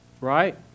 right